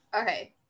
Okay